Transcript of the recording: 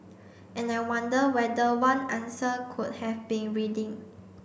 and I wonder whether one answer could have been reading